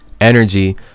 energy